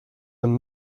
their